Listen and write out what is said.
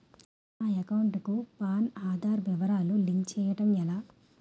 నా అకౌంట్ కు పాన్, ఆధార్ వివరాలు లింక్ చేయటం ఎలా?